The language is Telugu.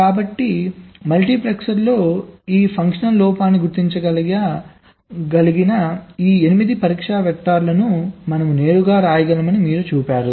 కాబట్టి మల్టీప్లెక్సర్లో ఈ ఫంక్షనల్ లోపాలను గుర్తించగల ఈ 8 పరీక్ష వెక్టర్లను మనం నేరుగా వ్రాయగలమని మీరు చూస్తారు